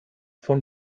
von